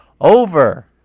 over